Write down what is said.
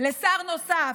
לשר נוסף.